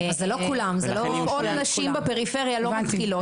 נשים בפריפריה לא מתחילות.